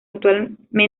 actualmente